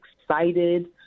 excited